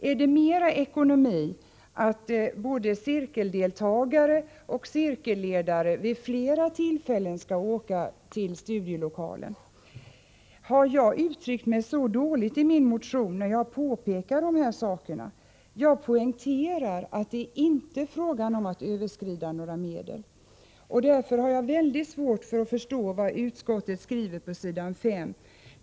Är det bättre ekonomi att både cirkeldeltagare och cirkelledare vid flera tillfällen skall åka till studielokalen? Har jag uttryckt mig så dåligt i min motion när jag påpekade de här sakerna? Jag poängterade att det inte är fråga om att gå utanför några medelsramar. Därför har jag mycket svårt att förstå vad utskottet skriver på s. 5.